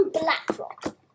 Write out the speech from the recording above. Blackrock